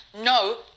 no